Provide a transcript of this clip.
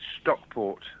Stockport